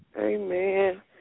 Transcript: Amen